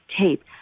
tape